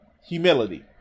humility